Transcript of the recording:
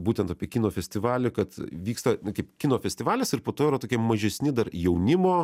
būtent apie kino festivalį kad vyksta kaip kino festivalis ir po to yra tokie mažesni dar jaunimo